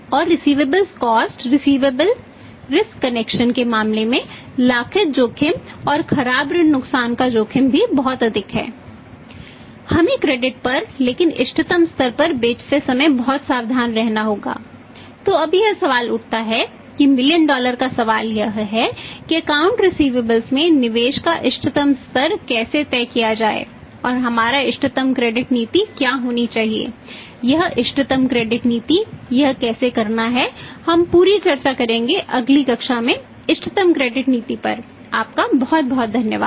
और receivable cost risk connection नीति परआपका बहुत बहुत धन्यवाद